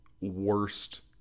worst